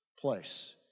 place